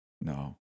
No